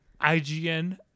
ign